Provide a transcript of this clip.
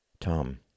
Tom